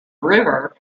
river